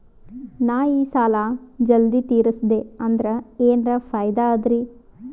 ನಾ ಈ ಸಾಲಾ ಜಲ್ದಿ ತಿರಸ್ದೆ ಅಂದ್ರ ಎನರ ಫಾಯಿದಾ ಅದರಿ?